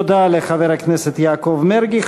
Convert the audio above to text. תודה לחבר הכנסת יעקב מרגי.